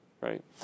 right